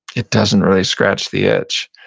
it doesn't really scratch the itch.